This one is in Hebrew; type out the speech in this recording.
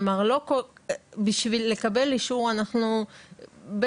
כלומר בשביל לקבל אישור אנחנו בטח